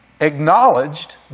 acknowledged